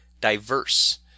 diverse